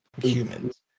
humans